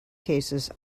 cases